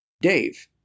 Dave